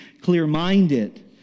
clear-minded